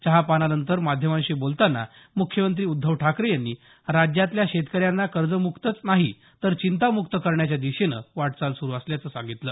चहापानानंतर माध्यमांशी बोलताना मुख्यमंत्री उद्धव ठाकरे यांनी राज्यातल्या शेतकऱ्यांना कर्जमुक्तच नाही तर चिंतामुक्त करण्याच्या दिशेनं वाटचाल सुरु असल्याचं सांगितलं